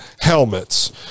helmets